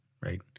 right